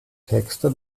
texte